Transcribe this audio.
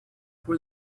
for